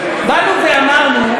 באנו ואמרנו: